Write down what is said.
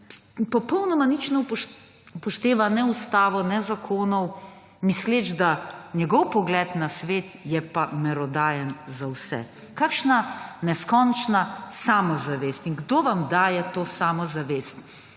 popolnoma nič ne upošteva ne ustave, ne zakonov, misleč, da njegov pogled na svet je pa merodajen za vse. Kakšna neskončna samozavest. In kdo vam daje to samozavest?